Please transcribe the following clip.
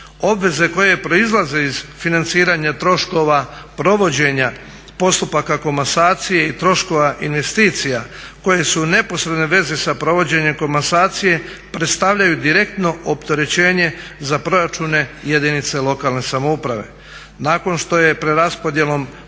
obveze koje proizlaze iz financiranja troškova provođenja postupaka komasacije i troškova investicija koje su u neposrednoj vezi sa provođenjem komasacije predstavljaju direktno opterećenje za proračune jedinice lokalne samouprave-